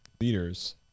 Leaders